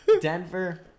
Denver